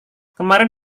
kemarin